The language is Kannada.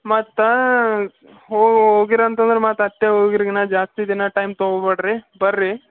ಮತ್ತು ಹೋ ಹೋಗಿರಂತ ಅಂದ್ರೆ ಮತ್ತೆ ಅಟ್ಟೆ ಹೋಗಿರ್ಗಿನ್ನ ಜಾಸ್ತಿ ದಿನ ಟೈಮ್ ತಗೊಬೇಡ್ರಿ ಬರ್ರಿ